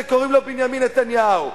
שקוראים לו בנימין נתניהו.